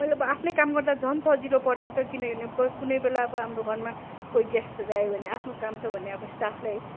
मैले अब आफ्नै काम गर्दा झन् सजिलो परिन्छ किनभने कुनैबेला हाम्रो घरमा कोही गेस्टहरू आयो भने आफ्नो काम छ भने अब स्टाफलाई